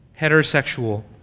Heterosexual